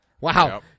Wow